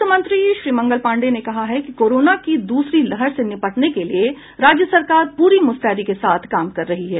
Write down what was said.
स्वास्थ्य मंत्री श्री मंगल पांडेय ने कहा है कि कोरोना की दूसरी लहर से निबटने के लिए राज्य सरकार पूरी मुस्तैदी के साथ काम कर रही है